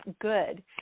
good